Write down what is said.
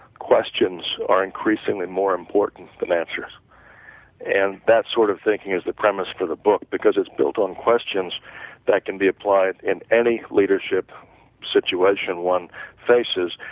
questions are increasingly more important than answers and that sort of thinking is the premise to the book, because it's built on questions that can be applied in any leadership situation one faces,